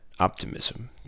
optimism